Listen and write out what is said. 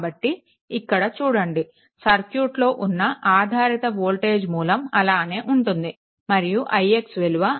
కాబట్టి ఇక్కడ చూడండి సర్క్యూట్ లో ఉన్న ఆధారిత వోల్టేజ్ మూలం అలానే ఉంటుంది మరియు ix విలువ ix ' ix "